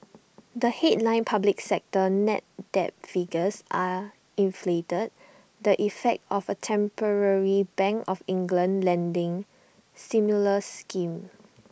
the headline public sector net debt figures are inflated the effect of A temporary bank of England lending stimulus scheme